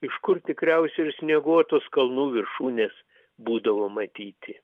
iš kur tikriausiai ir snieguotos kalnų viršūnės būdavo matyti